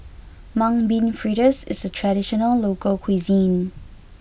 Mung Bean Fritters is a traditional local cuisine